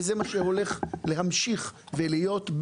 וזה מה שהולך להמשיך ולהיות,